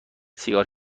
سیگار